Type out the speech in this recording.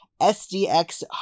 SDX